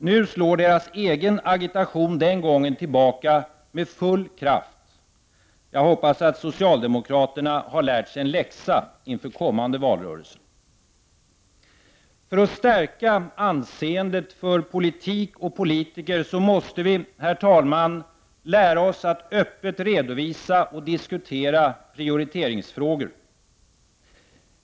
Nu slår deras egen agitation den gången tillbaka med full kraft. Jag hoppas att socialdemokraterna har lärt sig en läxa inför kommande valrörelser. Herr talman! För att stärka anseendet för politik och politiker måste vi lära oss att öppet redovisa och diskutera prioriteringsfrågor.